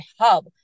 hub